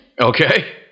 Okay